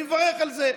אני מברך על זה,